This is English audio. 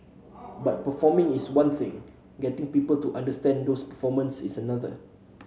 but performing is one thing getting people to understand those performances is another